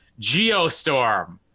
Geostorm